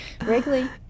Wrigley